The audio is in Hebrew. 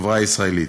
בחברה הישראלית.